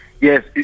Yes